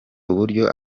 uburyo